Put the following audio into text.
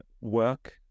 Work